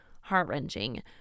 heart-wrenching